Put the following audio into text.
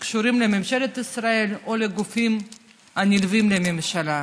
שקשורות לממשלת ישראל או לגופים הנלווים לממשלה,